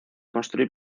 construir